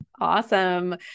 Awesome